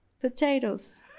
potatoes